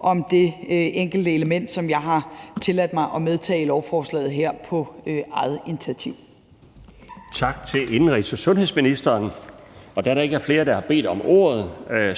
om det enkelte element, som jeg har tilladt mig at medtage i lovforslaget her på eget initiativ. Kl. 11:54 Den fg. formand (Bjarne Laustsen): Tak til indenrigs- og sundhedsministeren. Da der ikke er flere der har bedt om ordet,